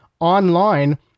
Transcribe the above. online